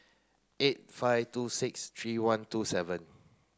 eight five two six three one two seven